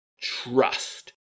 Trust